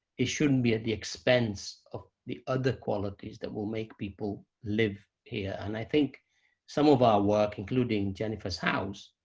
it shouldn't be at the expense of the other qualities that will make people live here. and i think some of our work, including jennifer's house,